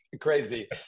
crazy